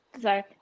Sorry